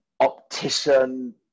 optician